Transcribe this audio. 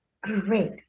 Great